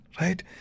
right